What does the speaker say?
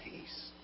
peace